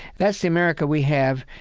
that's the america we have.